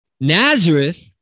Nazareth